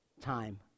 time